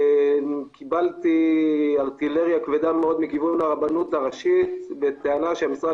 קיבלתי ארטילריה כבדה מאוד מכיוון הרבנות הראשית בטענה שהמשרד